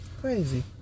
Crazy